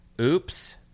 oops